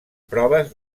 proves